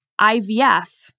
IVF